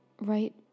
right